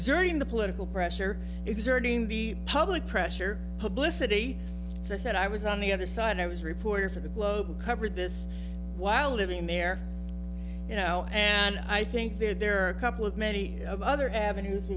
exerting the political pressure exerting the public pressure publicity as i said i was on the other side i was reporter for the globe who covered this while living there you know and i think there are couple of many other avenues